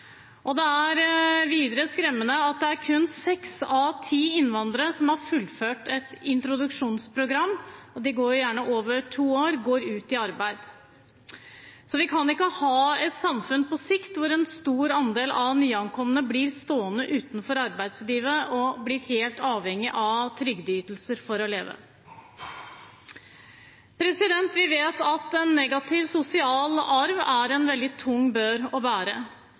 Det er videre skremmende at kun seks av ti innvandrere som har fullført et introduksjonsprogram – det går gjerne over to år – går ut i arbeid. Vi kan ikke på sikt ha et samfunn hvor en stor andel av nyankomne blir stående utenfor arbeidslivet og blir helt avhengig av trygdeytelser for å leve. Vi vet at en negativ sosial arv er en veldig tung bør å bære.